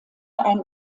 ein